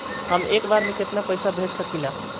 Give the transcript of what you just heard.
हम एक बार में केतना पैसा भेज सकिला?